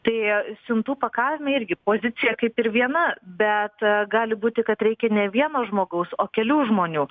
tai siuntų pakavime irgi pozicija kaip ir viena bet gali būti kad reikia ne vieno žmogaus o kelių žmonių